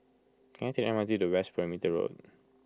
can I take the M R T to West Perimeter Road